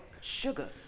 Sugar